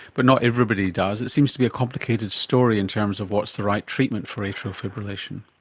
but not everybody does. it seems to be a complicated story in terms of what's the right treatment for atrial fibrillation.